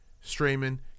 streaming